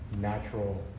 natural